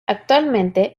actualmente